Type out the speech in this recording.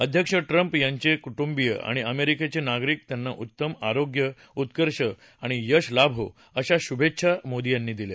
अध्यक्ष ट्रम्प त्यांचे कुटुंबिय आणि अमेरिकेचे नागरिक यांना उत्तम आरोग्य उत्कर्ष आणि यश लाभो अशा शुभेच्छा मोदी यांनी दिल्या